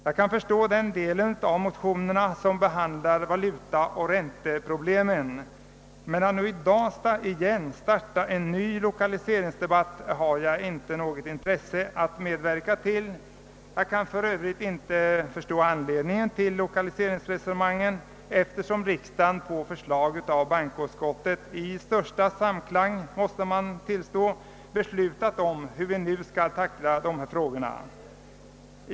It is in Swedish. Jag kan förstå den del av motionerna som behandlar valutaoch ränteproblemen, men att nu starta en ny lokaliseringsdebatt har jag inget intresse av att medverka till. Jag inser för övrigt inte varför dessa lokaliseringsresonemang förs, eftersom riksdagen på förslag av bankoutskottet i största enighet beslutat om hur vi skall tackla dessa frågor.